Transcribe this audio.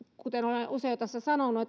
kuten olen usein jo tässä sanonut